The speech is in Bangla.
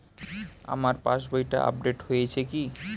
আমার পাশবইটা আপডেট হয়েছে কি?